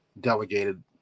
delegated